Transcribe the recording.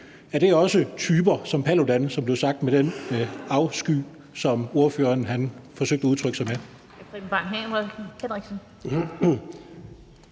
Er det også typer som Paludan, som det blev sagt med den afsky, som ordføreren forsøgte at udtrykke sig med?